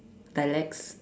dialects